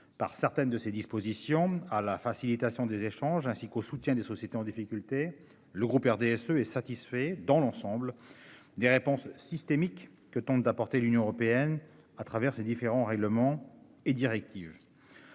par certaines de ces dispositions à la facilitation des échanges ainsi qu'au soutien des sociétés en difficulté. Le groupe RDSE est satisfait dans l'ensemble. Des réponses systémiques que tente d'apporter l'Union européenne à travers ses différents règlements et directives.